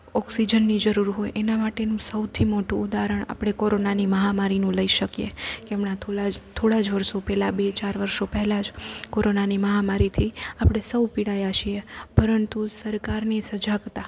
ઓક્સીજનની જરૂર હોય એનાં માટે સૌથી મોટું ઉદાહરણ આપણે કોરોનાની માહામારીનું લઈ શકીએ એમના થોડાં થોડાં જ વર્ષો પહેલાં બે ચાર વર્ષો પહેલાં જ કોરોનાની મહામારીથી આપણે સૌ પીડાયા છીએ પરંતુ સરકારની સજાગતા